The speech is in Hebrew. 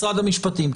משרד המשפטים.